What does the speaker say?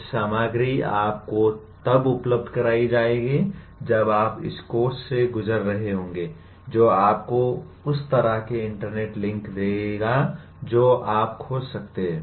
कुछ सामग्री आपको तब उपलब्ध कराई जाएगी जब आप इस कोर्स से गुजर रहे होंगे जो आपको उस तरह के इंटरनेट लिंक देगा जो आप खोज सकते हैं